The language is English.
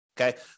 Okay